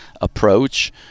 approach